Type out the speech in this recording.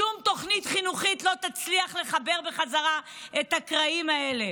שום תוכנית חינוכית לא תצליח לחבר בחזרה את הקרעים האלה.